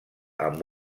amb